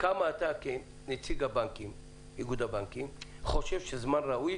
כנציג איגוד הבנקים, הזמן הראוי